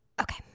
Okay